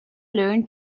learn